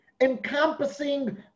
encompassing